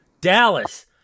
Dallas